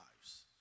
lives